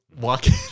walking